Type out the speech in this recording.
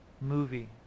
movie